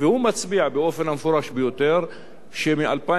והוא מצביע באופן המפורש ביותר שמ-2005,